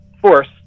force